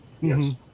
yes